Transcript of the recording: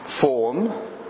form